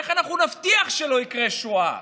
איך אנחנו נבטיח שלא תקרה שואה?